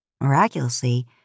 miraculously